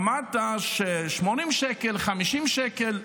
אמרת: 80 שקל, 50 שקל.